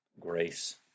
Grace